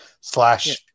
slash